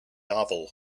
novel